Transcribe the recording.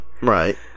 Right